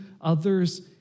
others